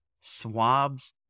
swabs